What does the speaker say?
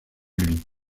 lui